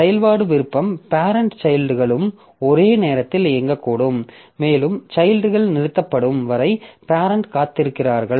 செயல்பாடு விருப்பம் பேரெண்ட் சைல்ட்களும் ஒரே நேரத்தில் இயங்கக்கூடும் மேலும் சைல்ட்கள் நிறுத்தப்படும் வரை பேரெண்ட் காத்திருக்கிறார்கள்